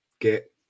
get